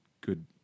good